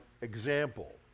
example